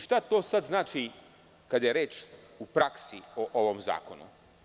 Šta to sad znači kada je reč u praksi o ovom zakonu?